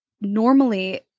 normally